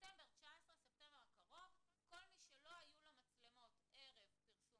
ספטמבר הקרוב כל מי שלא היו לו מצלמות ערב פרסום